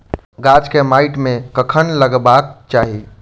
गाछ केँ माइट मे कखन लगबाक चाहि?